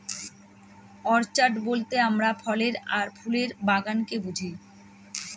orchard বলতে আমরা ফলের আর ফুলের বাগানকে বুঝি